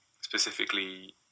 specifically